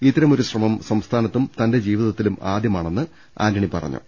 ഇത്തരം ഒരു ശ്രമം സംസ്ഥാനത്തും തന്റെ ജീവിതത്തിലും ആദ്യമാണെന്ന് ആന്റണി പറഞ്ഞു